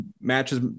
matches